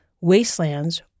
wastelands